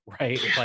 right